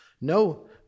No